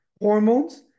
hormones